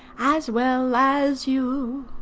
as well as you.